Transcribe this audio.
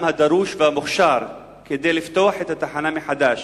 הדרוש והמוכשר כדי לפתוח את התחנה מחדש,